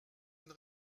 une